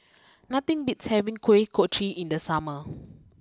nothing beats having Kuih Kochi in the summer